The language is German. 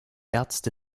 ärzte